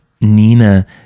Nina